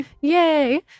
Yay